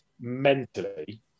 mentally